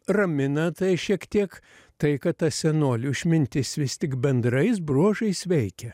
ramina tai šiek tiek tai kad ta senolių išmintis vis tik bendrais bruožais veikia